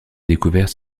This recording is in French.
découverte